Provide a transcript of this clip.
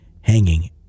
hanging